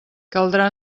caldrà